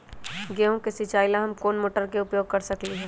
गेंहू के सिचाई ला हम कोंन मोटर के उपयोग कर सकली ह?